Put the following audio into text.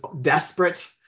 desperate